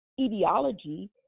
etiology